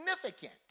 significant